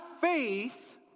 faith